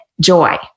joy